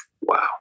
wow